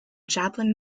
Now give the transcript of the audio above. joplin